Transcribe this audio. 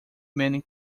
many